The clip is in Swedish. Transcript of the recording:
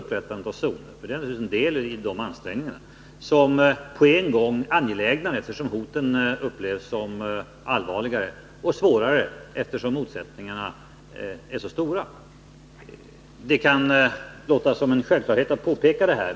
upprättandet av zoner — som naturligtvis är en del i de ansträngningarna — på en gång angelägnare, eftersom hoten upplevs som allvarligare och svårare, eftersom motsättningarna är så stora. Det kan låta som en självklarhet att påpeka detta.